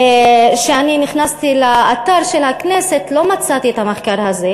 כשאני נכנסתי לאתר של הכנסת לא מצאתי את המחקר הזה,